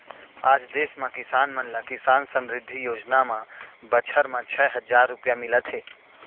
आज देस म किसान मन ल किसान समृद्धि योजना म बछर म छै हजार रूपिया मिलत हे